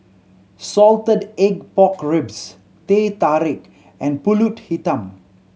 salted egg pork ribs Teh Tarik and Pulut Hitam